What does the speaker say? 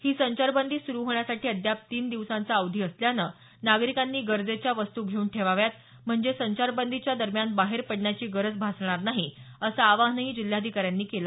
ही संचारबंदी सुरू होण्यासाठी अद्याप तीन दिवसांचा अवधी असल्यानं नागरिकांनी गरजेच्या वस्तू घेऊन ठेवाव्यात म्हणजे संचारबंदीच्या दरम्यान बाहेर पडण्याची गरज राहणार नाही असं आवाहनही जिल्हाधिकाऱ्यांनी केलं